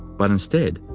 but instead,